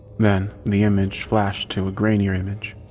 then the image flashed to a grainier image.